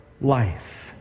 life